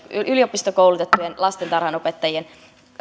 yliopistokoulutettujen lastentarhanopettajien